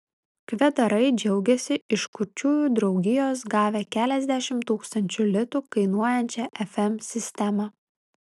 kvedarai džiaugiasi iš kurčiųjų draugijos gavę keliasdešimt tūkstančių litų kainuojančią fm sistemą